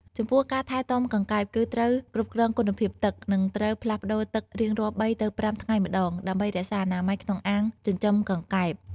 ចំពោះការថែទាំកង្កែប គឺត្រូវគ្រប់គ្រងគុណភាពទឹក និងត្រូវផ្លាស់ប្ដូរទឹករៀងរាល់ ៣ ទៅ ៥ ថ្ងៃម្តង ដើម្បីរក្សាអនាម័យក្នុងអាងចិញ្ចឹមកង្កែប។